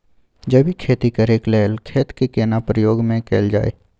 जैविक खेती करेक लैल खेत के केना प्रयोग में कैल जाय?